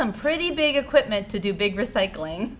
some pretty big equipment to do big recycling